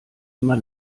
immer